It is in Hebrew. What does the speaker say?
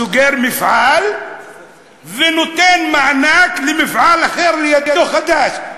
סוגר מפעל ונותן מענק למפעל אחר לידו, חדש.